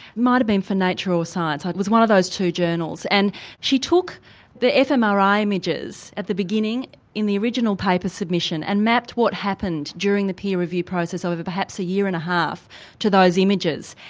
might have been for nature or science, like it was one of those two journals. and she took the fmri images at the beginning in the original paper submission and mapped what happened during the peer-review process over perhaps a year and a half to those images.